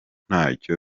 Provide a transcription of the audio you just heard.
ntacyo